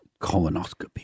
Colonoscopy